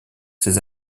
ses